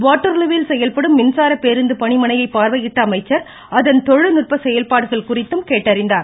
வாட்டர்லூவில் செயல்படும் மின்சார பேருந்து பணிமனையை பார்வையிட்ட அமைச்சர் அதன் தொழில்நுட்ப செயல்பாடுகள் குறித்தும் கேட்டறிந்தார்